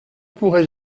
pourrais